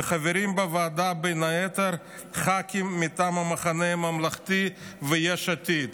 וחברים בוועדה בין היתר ח"כים מטעם המחנה הממלכתי ויש עתיד.